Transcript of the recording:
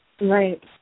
Right